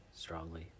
Strongly